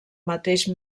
mateix